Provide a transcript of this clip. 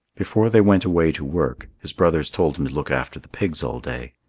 before they went away to work, his brothers told him to look after the pigs all day.